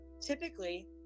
Typically